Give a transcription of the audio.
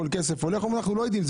אמרו אנחנו לא יודעים,